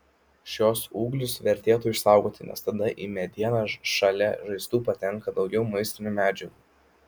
šiuos ūglius vertėtų išsaugoti nes tada į medieną šalia žaizdų patenka daugiau maistinių medžiagų